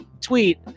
tweet